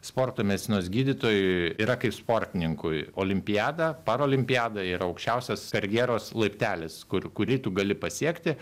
sporto medicinos gydytojui yra kaip sportininkui olimpiada parolimpiada yra aukščiausias karjeros laiptelis kur kurį tu gali pasiekti